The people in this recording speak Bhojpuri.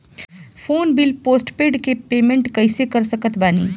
फोन बिल पोस्टपेड के पेमेंट कैसे कर सकत बानी?